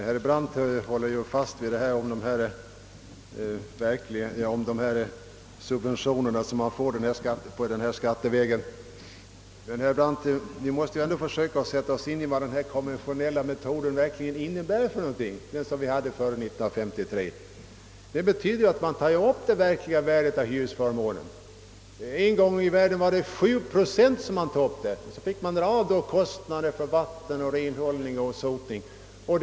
Herr talman! Herr Brandt vidhåller sin uppfattning om de subventioner villaägarna får skattevägen. Men, herr Brandt, vi måste dock försöka sätta oss in i vad den konventionella metod som användes före 1953 verkligen innebar. Den betydde att man tog upp det verkliga värdet av hyresförmånen, en gång i tiden beräknat till 7 procent, och sedan fick dra av kostnaderna för reparationer, underhåll, vatten, renhållning, sotning m.m.